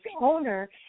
owner